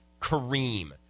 Kareem